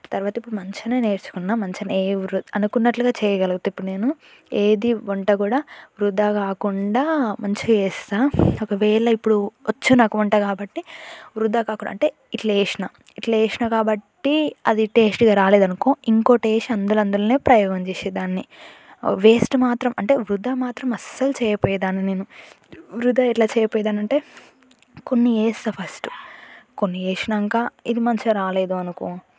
తర్వాత ఇప్పుడు మంచిగానే నేర్చుకున్న మంచిగానే ఎవ్వరు అనుకున్నట్లుగా చేయగలుగుతా ఇప్పుడు నేను ఏది వంట కూడా వృధా కాకుండా మంచిగా చేస్తాను ఒకవేళ ఇప్పుడు వచ్చు నాకు వంట కాబట్టి వృధా కాకుండా అంటే ఇట్లేసిన ఇట్లా చేసిన కాబట్టి అది టేస్టీగా రాలేదు అనుకో ఇంకోకటి వేసి అందు అందులోనే ప్రయోగం చేసే దాన్ని వేస్ట్ మాత్రం అంటే వృధా మాత్రం అస్సలు చేయకపోయేదాని నేను వృధా ఎట్లా చేయకపోయే దాన్ని అంటే కొన్ని వేస్తాను ఫస్ట్ కొన్ని వేసాక ఇది మంచిగా రాలేదు అనుకో